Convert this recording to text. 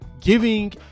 giving